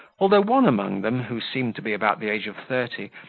although one among them, who seemed to be about the age of thirty,